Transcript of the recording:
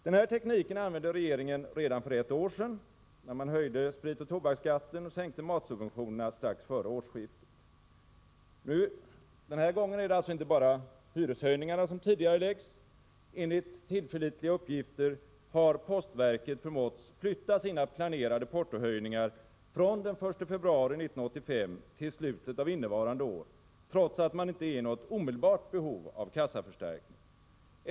Den här tekniken använde regeringen redan för ett år sedan, då man höjde spritoch tobaksskatten och sänkte matsubventionerna strax före årsskiftet. Den här gången är det inte bara hyreshöjningarna som tidigareläggs. Enligt tillförlitliga uppgifter har postverket förmåtts flytta sina planerade portohöjningar från den 1 februari 1985 till slutet av innevarande år, trots att man inte är i något omedelbart behov av kassaförstärkning.